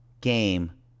game